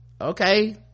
Okay